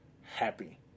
happy